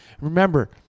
Remember